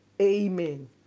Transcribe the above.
Amen